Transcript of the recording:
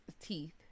teeth